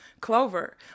Clover